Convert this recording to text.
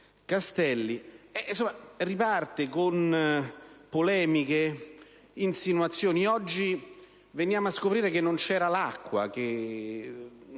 Castelli), riparte con polemiche ed insinuazioni: veniamo così a scoprire che non c'era l'acqua